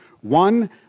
One